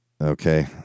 Okay